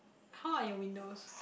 how are your windows